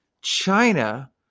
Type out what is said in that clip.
China